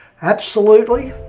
absolutely,